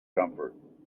comfort